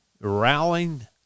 rallying